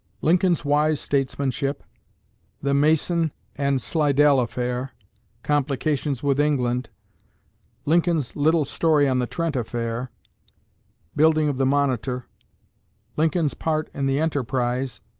lincoln's wise statesmanship the mason and slidell affair complications with england lincoln's little story on the trent affair building of the monitor lincoln's part in the enterprise